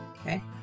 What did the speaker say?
Okay